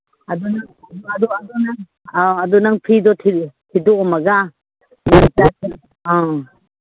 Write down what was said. ꯑꯗꯣ ꯅꯪ ꯐꯤꯗꯣ ꯊꯤꯗꯣꯛꯑꯃꯃꯒ